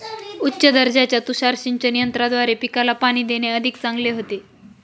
उच्च दर्जाच्या तुषार सिंचन यंत्राद्वारे पिकाला पाणी देणे अधिक चांगले होते